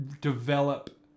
develop